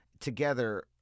together